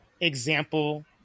example